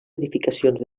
edificacions